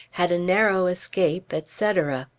had a narrow escape, etc.